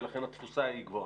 ולכן התפוסה היא גבוהה.